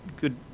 good